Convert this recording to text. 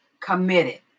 committed